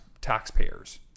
taxpayers